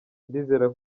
ndizera